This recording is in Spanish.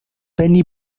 penny